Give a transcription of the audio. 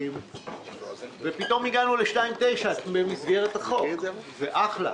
ופתאום הגענו ל-2.9 במסגרת החוק זה אחלה.